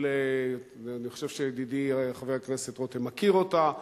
אני חושב שידידי חבר הכנסת רותם מכיר אותה,